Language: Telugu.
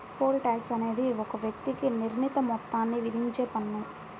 పోల్ టాక్స్ అనేది ఒక వ్యక్తికి నిర్ణీత మొత్తాన్ని విధించే పన్ను